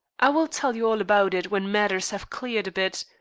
i will tell you all about it when matters have cleared a bit.